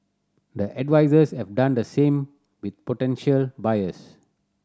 the advisers have done the same with potential buyers